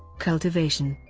cultivation